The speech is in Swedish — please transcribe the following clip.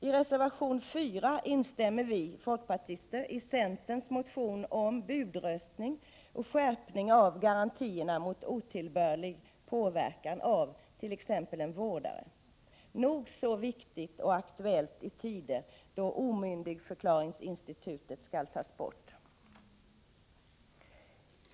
I reservation 4 instämmer vi folkpartister i centerns motion om budröst 125 ning och skärpning av garantierna mot otillbörlig påverkan av t.ex. vårdare. Det är nog så viktigt och aktuellt i tider då omyndigförklaringsinstitutet skall tas bort.